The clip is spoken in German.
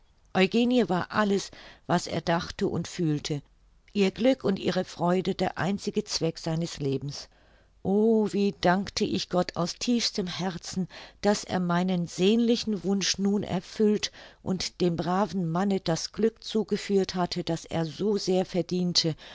eugenie war alles was er dachte und fühlte ihr glück und ihre freude der einzige zweck seines lebens o wie dankte ich gott aus tiefstem herzen daß er meinen sehnlichen wunsch nun erfüllt und dem braven manne das glück zugeführt hatte das er so sehr verdiente